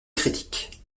critique